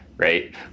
right